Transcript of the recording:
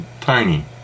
Tiny